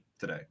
today